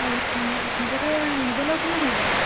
হেৰি নিবলৈ নিবলৈ কোন আহিব